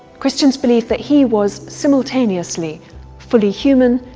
christians believe that he was simultaneously fully human,